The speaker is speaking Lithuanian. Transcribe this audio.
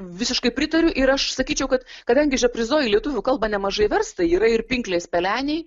visiškai pritariu ir aš sakyčiau kad kadangi žaprizo į lietuvių kalbą nemažai versta yra ir pinklės pelenei